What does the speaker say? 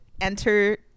Enter